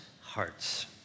hearts